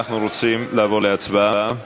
אנחנו רוצים לעבור להצבעה.